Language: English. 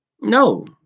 No